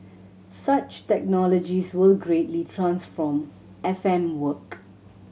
such technologies will greatly transform F M work